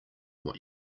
what